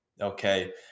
okay